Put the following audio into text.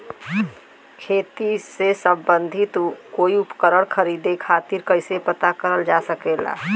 खेती से सम्बन्धित कोई उपकरण खरीदे खातीर कइसे पता करल जा सकेला?